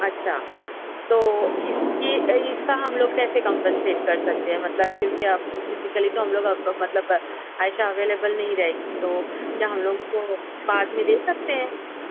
اچھا تو اِس کی اِس کا ہم لوگ کیسے کمپنسینٹ کر سکتے ہیں مطلب کیونکہ اب فیزیکلی تو ہم لوگ اب مطلب عائشہ اویلیبل نہیں رہے گی تو کیا ہم لوگوں کو بعد میں دے سکتے ہیں